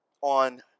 on